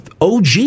OG